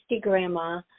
grandma